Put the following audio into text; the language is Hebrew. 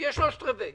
שיהיה שלושת רבעי